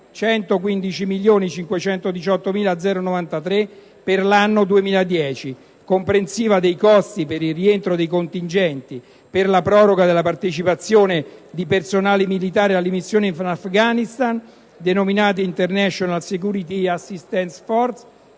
115.518.093 per l'anno 2010, comprensiva dei costi per il rientro dei contingenti, per la proroga della partecipazione di personale militare alle missioni in Afghanistan denominate *International Security Assistance Force*.